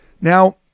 Now